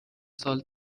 سال